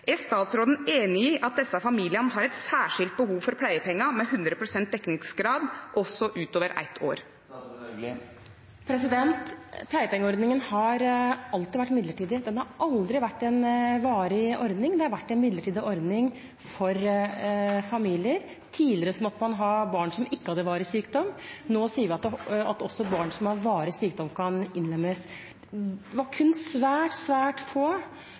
Er statsråden enig i at disse familiene har et særskilt behov for pleiepenger med 100 pst. dekningsgrad, også utover ett år? Pleiepengeordningen har alltid vært midlertidig. Den har aldri vært en varig ordning. Det har vært en midlertidig ordning for familier. Tidligere måtte man ha barn som ikke hadde varig sykdom. Nå sier man at også barn som har varig sykdom, kan innlemmes. Det var kun svært få